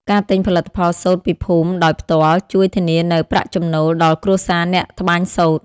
ការទិញផលិតផលសូត្រពីភូមិដោយផ្ទាល់ ជួយធានានូវ ប្រាក់ចំណូល ដល់គ្រួសារអ្នកត្បាញសូត្រ។